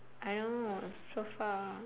I know so far